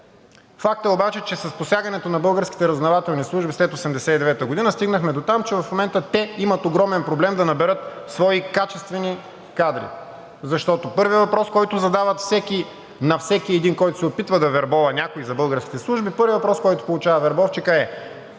Факт е обаче, че с посягането на българските разузнавателни служби след 1989 г. стигнахме дотам, че в момента те имат огромен проблем да наберат свои качествени кадри, защото първият въпрос, който задават на всеки един, който се опитва да вербува някого за българските служби, първият въпрос, който получава вербовчикът,